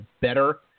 better